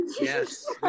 Yes